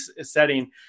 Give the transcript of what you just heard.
setting